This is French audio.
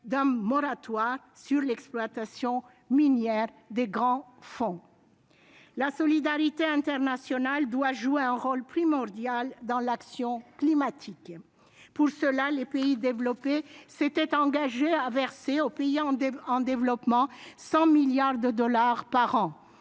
un moratoire sur l'exploitation minière des grands fonds. La solidarité internationale doit jouer un rôle primordial dans l'action climatique. Les pays développés s'étaient engagés à verser 100 milliards de dollars par an